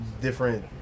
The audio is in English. Different